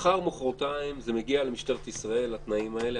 מחר, מחרתיים, זה מגיע למשטרת ישראל, התנאים האלה.